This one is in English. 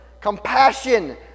compassion